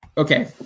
okay